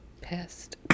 pissed